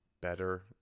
better